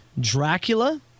Dracula